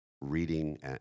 reading